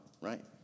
right